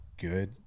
good